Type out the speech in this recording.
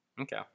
Okay